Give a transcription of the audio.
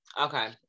Okay